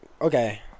okay